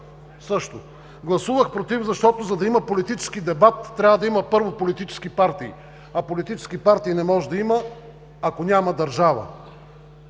свободи. Гласувах „против“, защото, за да има политически дебат, трябва да има, първо, политически партии, а политически партии не може да има, ако няма държава.